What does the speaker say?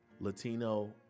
Latino